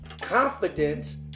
confidence